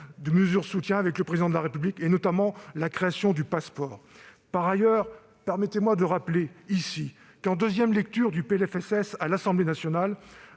avez annoncées avec le Président de la République, notamment la création du Pass'Sport. Par ailleurs, permettez-moi de rappeler qu'en deuxième lecture du PLFSS à l'Assemblée nationale